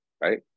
right